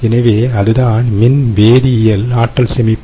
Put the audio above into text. எனவே அதுதான் மின்வேதியியல் ஆற்றல் சேமிப்பு